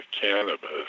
cannabis